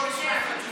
בוא נשמע את התשובה.